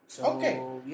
Okay